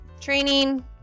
training